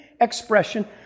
expression